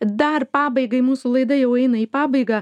dar pabaigai mūsų laida jau eina į pabaigą